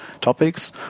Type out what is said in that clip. topics